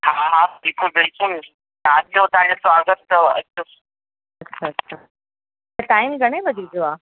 हा हा बिल्कुलु बिल्कुलु तव्हां अचो तव्हांजो स्वागतु अथ अचो अच्छा अच्छा त टाइम घणे बजे जो आहे